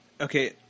okay